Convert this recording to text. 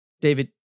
David